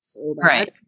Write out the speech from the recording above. Right